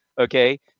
okay